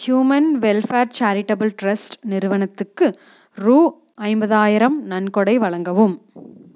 human welfare charitable trust நிறுவனத்துக்கு ரூ ஐம்பதாயிரம் நன்கொடை வழங்கவும்